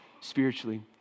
spiritually